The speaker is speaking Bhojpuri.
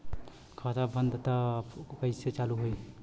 खाता बंद ह तब कईसे चालू होई?